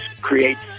creates